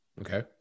Okay